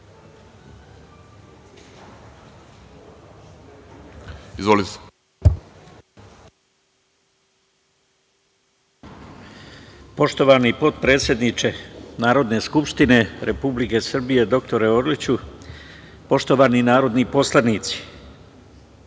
Poštovani potpredsedniče Narodne skupštine Republike Srbije dr Orliću, poštovani narodni poslanici,